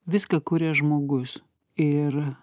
viską kuria žmogus ir